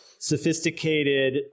sophisticated